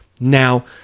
Now